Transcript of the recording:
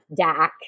DAC